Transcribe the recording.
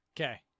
Okay